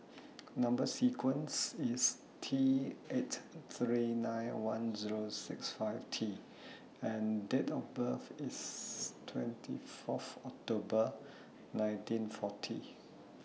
Number sequence IS T eight three nine one Zero six five T and Date of birth IS twenty Fourth October nineteen forty